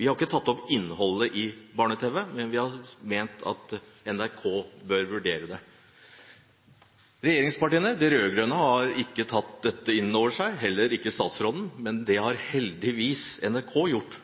Vi har ikke tatt opp innholdet i barne-tv, men vi har ment at NRK bør vurdere det. Regjeringspartiene – de rød-grønne – har ikke tatt dette inn over seg, heller ikke statsråden. Men det har heldigvis NRK gjort.